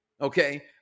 Okay